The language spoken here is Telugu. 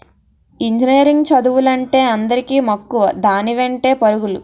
ఇంజినీరింగ్ చదువులంటే అందరికీ మక్కువ దాని వెంటే పరుగులు